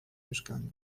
mieszkaniu